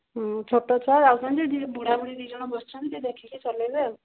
ହଁ ଛୋଟ ଛୁଆ ଯାଉଛନ୍ତି ବୁଢ଼ା ବୁଢ଼ି ଦୁଇଜଣ ବସିଛନ୍ତି ଟିକେ ଦେଖିକି ଚଲାଇବେ ଆଉ